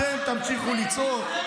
אתם תמשיכו לצעוק,